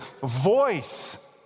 voice